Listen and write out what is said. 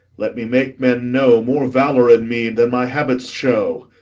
let me make men know more valour in me than my habits show.